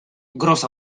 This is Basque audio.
gros